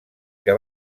que